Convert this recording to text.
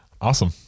Awesome